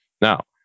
Now